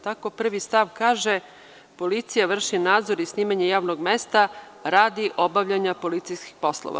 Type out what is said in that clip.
Tako prvi stav kaže – policija vrši nadzor i snimanje javnog mesta radi obavljanja policijskih poslova.